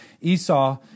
Esau